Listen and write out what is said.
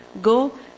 go